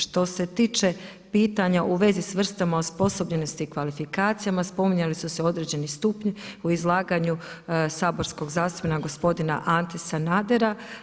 Što se tiče pitanja u vezi s vrstama osposobljenosti i kvalifikacijama spominjali su se određeni stupnji u izlaganju saborskog zastupnika gospodina Ante Sanadera.